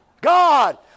God